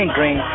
Green